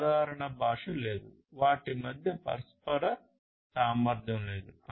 సాధారణ భాష లేదు వాటి మధ్య పరస్పర సామర్థ్యం లేదు